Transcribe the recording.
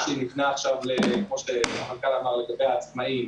--- כמו שהמנכ"ל אמר לגבי העצמאים,